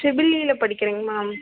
triple ஈயில படிக்கிறேங்க ma'am